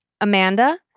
Amanda